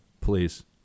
please